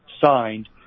signed